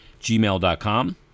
gmail.com